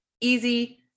Easy